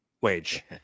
wage